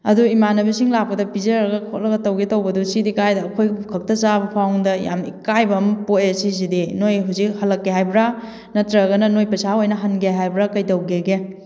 ꯑꯗꯣ ꯏꯃꯥꯟꯅꯕꯤꯁꯤꯡ ꯂꯥꯛꯄꯗ ꯄꯤꯖꯔꯒ ꯈꯣꯠꯂꯒ ꯇꯧꯒꯦ ꯇꯧꯕꯗꯨ ꯁꯤꯗꯤ ꯀꯥꯏꯗ ꯑꯩꯈꯣꯏ ꯈꯛꯇ ꯆꯥꯕ ꯐꯥꯎꯕꯗ ꯌꯥꯝꯅ ꯏꯀꯥꯏꯕ ꯑꯃ ꯄꯣꯛꯑꯦ ꯁꯤꯁꯤꯗꯤ ꯅꯣꯏ ꯍꯧꯖꯤꯛ ꯍꯜꯂꯛꯀꯦ ꯍꯥꯏꯕ꯭ꯔꯥ ꯅꯠꯇ꯭ꯔꯒꯅ ꯅꯣꯏ ꯄꯩꯁꯥ ꯑꯣꯏꯅ ꯍꯟꯒꯦ ꯍꯥꯏꯕ꯭ꯔꯥ ꯀꯩꯗꯧꯒꯦꯒꯦ